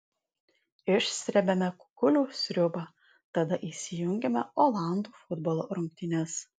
išsrebiame kukulių sriubą tada įsijungiame olandų futbolo rungtynes